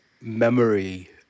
memory